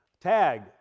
tag